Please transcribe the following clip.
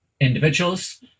individuals